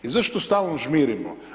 I zašto stalno žmirimo?